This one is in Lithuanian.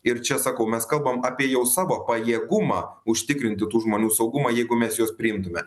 ir čia sakau mes kalbam apie jau savo pajėgumą užtikrinti tų žmonių saugumą jeigu mes juos priimtume